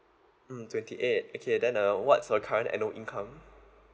mm twenty eight okay then uh what's your current annual income